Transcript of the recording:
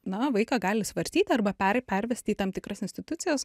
na vaiką gali svarstyti arba per pervesti į tam tikras institucijas